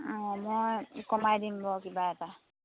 অঁ মই কমাই দিম বাৰু কিবা এটা